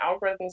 algorithms